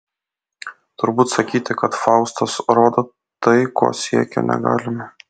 turbūt sakyti kad faustas rado tai ko siekė negalime